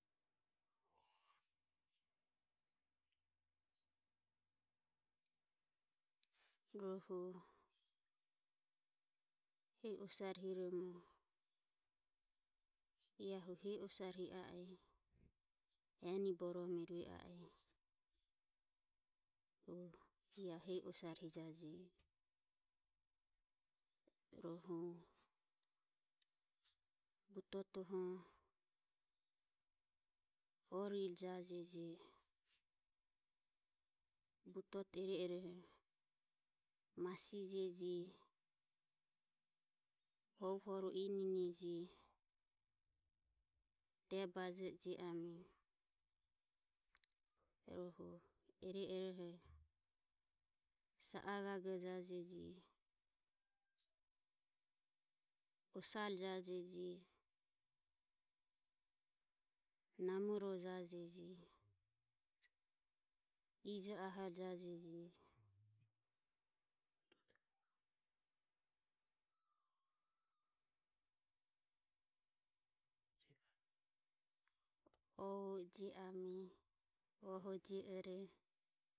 Rohu uhe hi osare hiromo ia hu hehi osare ia eni borome rue a e ia hu hehi osare hijaje rohu butotoho orire jajeji butoto ere eroho masijeji ovo horu ininieji debajo e jio ame rohu ere eroho sa a gago jajeji osaro jajeji, namoro jajeji ijo ahoro jia jeji. oho jioame, ohore jioame, oho jioore.